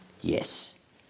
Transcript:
yes